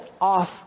off